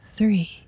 Three